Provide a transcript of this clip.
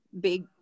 big